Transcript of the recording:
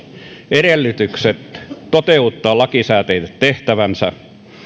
edellytykset toteuttaa lakisääteiset tehtävänsä